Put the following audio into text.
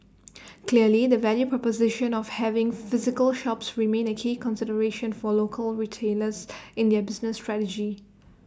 clearly the value proposition of having physical shops remains A key consideration for local retailers in their business strategy